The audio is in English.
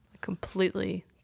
completely